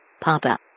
Papa